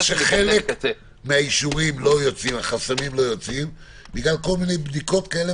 אבל כשחלק מהאישורים לא יוצאים בגלל כל מיני בדיקות כאלה